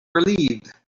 relieved